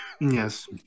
Yes